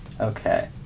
Okay